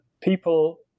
people